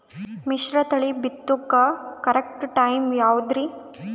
ಮಿಶ್ರತಳಿ ಬಿತ್ತಕು correct time ಯಾವುದರಿ?